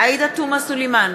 עאידה תומא סלימאן,